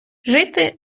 жити